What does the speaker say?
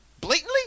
blatantly